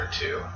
two